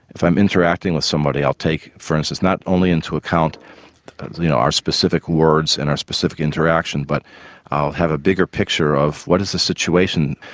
if i'm interacting with somebody i'll take for instance not only into account you know our specific words and our specific interactions but i'll have a bigger picture of what is the situation,